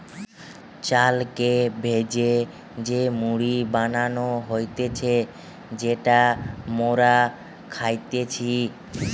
চালকে ভেজে যে মুড়ি বানানো হতিছে যেটা মোরা খাইতেছি